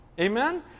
Amen